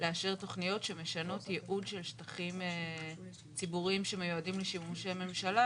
לאשר תוכניות שמשנות ייעוד של שטחים ציבוריים שמיועדים לשימושי ממשלה,